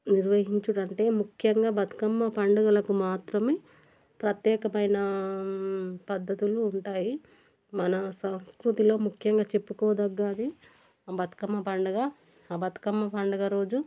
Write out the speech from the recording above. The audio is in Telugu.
నిర్వహించడమంటే ముఖ్యంగా బతుకమ్మ పండుగలకు మాత్రమే ప్రత్యేకమైన పద్ధతులు ఉంటాయి మన సంస్కృతిలో ముఖ్యంగా చెప్పుకోతగ్గది ఆ బతుకమ్మ పండుగ ఆ బతుకమ్మ పండుగ రోజు